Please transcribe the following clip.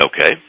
Okay